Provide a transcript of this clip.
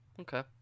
okay